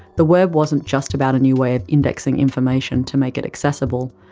the web wasn't just about a new way of indexing information to make it accessible,